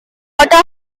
water